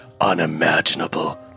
unimaginable